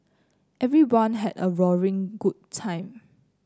everyone had a roaring good time